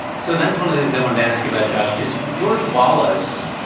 so that's one of the things i want to ask you about, george, because george wallace